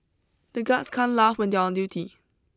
the guards can't laugh when they on duty